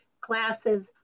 classes